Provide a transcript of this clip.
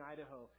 Idaho